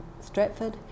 Stratford